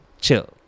chill